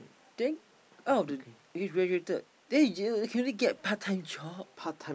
then out of the graduated then you can only get part time job